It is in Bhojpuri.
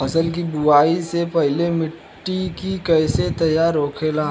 फसल की बुवाई से पहले मिट्टी की कैसे तैयार होखेला?